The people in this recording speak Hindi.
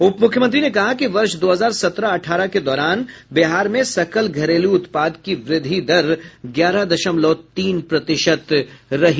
उप मुख्यमंत्री ने कहा कि वर्ष दो हजार सत्रह अठारह के दौरान बिहार में सकल घरेलू उत्पाद की वृद्धि दर ग्यारह दशमलव तीन प्रतिशत रही